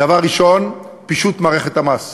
דבר ראשון, פישוט מערכת המס.